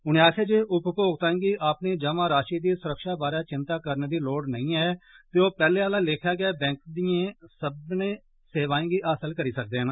उनें आक्खेआ जे उपमोक्ताएं गी अपनी जमाराशि दी सुरक्षा बारै विन्ता करने दी लोड़ नेईं ऐ ते ओह् पैह्ले आला लेखा गै बैंक दियां सब्बै सेवां हासल करी सकङन